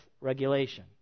regulation